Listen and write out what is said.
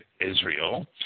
Israel